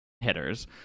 hitters